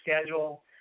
schedule